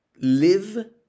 live